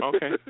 Okay